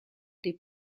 die